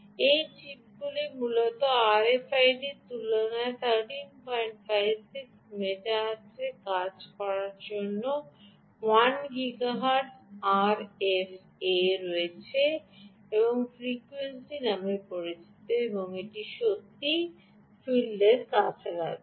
এই চিপগুলি মূলত আরএফআইডি এর তুলনায় 1356 মেগাহের্টজে কাজ করে যা সাব 1 গিগা হার্টজ আরএফ এ রয়েছে ফ্রিকোয়েন্সি নাম অনুসারে এটি সত্যিই মাঠের কাছাকাছি